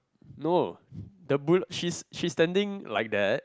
no the bull~ she's she's standing like that